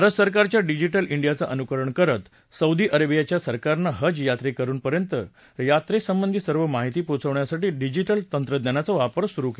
भारत सरकारच्या digital India अभियानाचं अनुकरण करत सौदी अरेबियाच्या सरकारनं हज यात्रेकरूपर्यंत यात्रे संबंधी सर्व माहिती पोहोचवण्यासाठी डिजिटल तंत्रज्ञानाचा वापर सुरु केला आहे